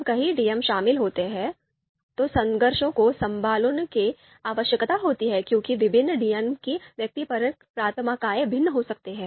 जब कई डीएम शामिल होते हैं तो संघर्षों को संभालने की आवश्यकता होती है क्योंकि विभिन्न डीएम की व्यक्तिपरक प्राथमिकताएं भिन्न हो सकती हैं